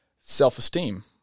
self-esteem